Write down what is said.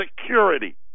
Security